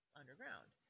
underground